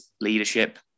leadership